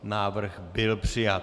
Návrh byl přijat.